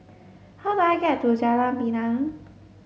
how do I get to Jalan Pinang